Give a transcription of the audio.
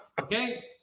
Okay